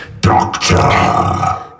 Doctor